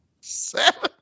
Seven